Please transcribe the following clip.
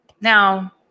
Now